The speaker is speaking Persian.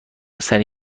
سریع